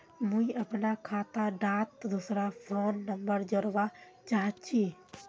मुई अपना खाता डात दूसरा फोन नंबर जोड़वा चाहची?